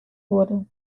wurde